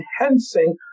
enhancing